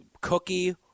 cookie